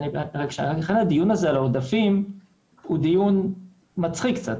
לכן, הדיון הזה על העודפים הוא דיון מצחיק קצת.